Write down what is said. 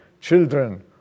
children